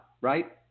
right